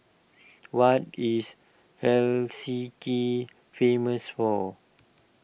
what is Helsinki famous for